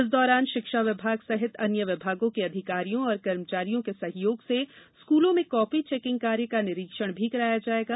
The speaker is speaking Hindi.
इस दौरान शिक्षा विभाग सहित अन्य विभागों के अधिकारियों और कर्मचारियों के सहयोग से स्कूलों में कापी चेकिंग कार्य का निरीक्षण भी कराया जायेगा